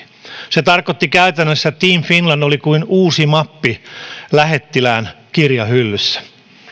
se tarkoitti käytännössä että team finland oli kuin uusi mappi lähettilään kirjahyllyssä